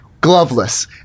Gloveless